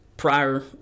Prior